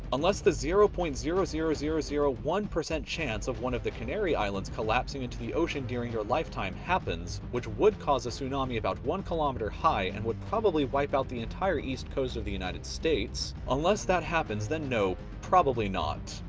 unless the zero point zero zero zero zero one percent chance of one of the canary islands collapsing into the ocean during your lifetime happens, which would cause a tsunami about one kilometer high and would probably wipe out the entire east coast of the united states. unless that happens then no, probably not.